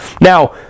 Now